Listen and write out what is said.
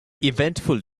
eventful